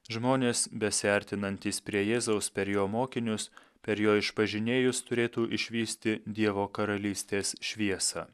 žmonės besiartinantys prie jėzaus per jo mokinius per jo išpažinėjus turėtų išvysti dievo karalystės šviesą